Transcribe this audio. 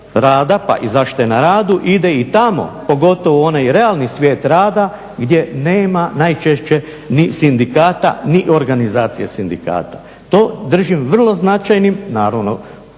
pa i zaštite na radu ide i tamo, pogotovo u onaj realni svijet rada gdje nema najčešće ni sindikata ni organizacije sindikata. To držim vrlo značajnim, naravno ta